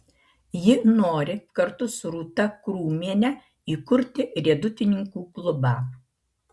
ji nori kartu su rūta krūmiene įkurti riedutininkų klubą